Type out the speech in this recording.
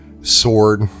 sword